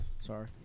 Sorry